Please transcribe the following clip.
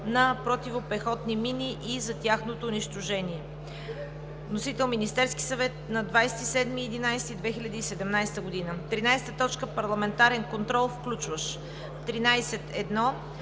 на противопехотни мини и за тяхното унищожаване. Вносител е Министерският съвет на 27 ноември 2017 г. 13. Парламентарен контрол, включващ: 13.1.